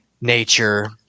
nature